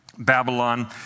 Babylon